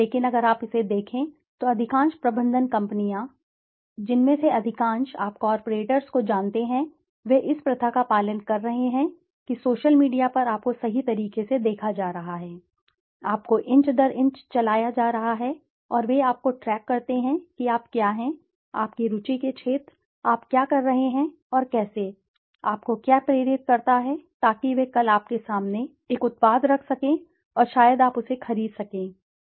लेकिन अगर आप इसे देखें तो अधिकांश प्रबंधन कंपनियां जिनमें से अधिकांश आप कॉरपोरेट्स को जानते हैं वे इस प्रथा का पालन कर रहे हैं कि सोशल मीडिया पर आपको सही तरीके से देखा जा रहा है आपको इंच दर इंच चलाया जा रहा है और वे आपको ट्रैक करते हैं कि आप क्या हैं आपकी रुचि के क्षेत्र आप क्या कर रहे हैं और कैसे आपको क्या प्रेरित करता है ताकि वे कल आपके सामने एक उत्पाद रख सकें और शायद आप उसे खरीद सकें कौन जानता है